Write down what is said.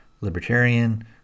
libertarian